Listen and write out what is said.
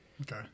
Okay